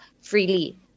freely